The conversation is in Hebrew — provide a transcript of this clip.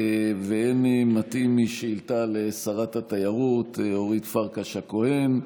ואין מתאים משאילתה לשרת התיירות אורית פרקש הכהן,